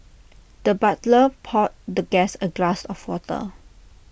the butler poured the guest A glass of water